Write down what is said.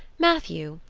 matthew,